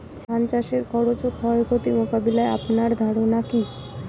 ধান চাষের খরচ ও ক্ষয়ক্ষতি মোকাবিলায় আপনার ধারণা কী?